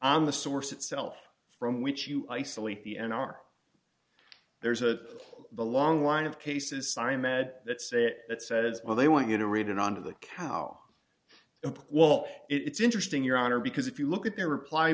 on the source itself from which you isolate the n r there's a long line of cases sign med that say that says well they want you to read it under the cow up well it's interesting your honor because if you look at their reply